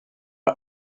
are